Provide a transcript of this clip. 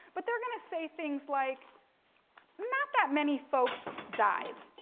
but they're going to say things like not that many folks died,